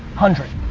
hundred,